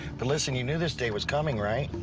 but listen, you knew this day was coming right?